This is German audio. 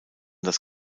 das